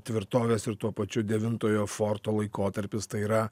tvirtovės ir tuo pačiu devintojo forto laikotarpis tai yra